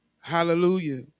Hallelujah